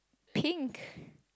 pink